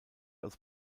aus